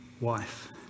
wife